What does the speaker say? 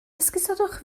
esgusodwch